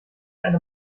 eine